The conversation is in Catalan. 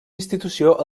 institució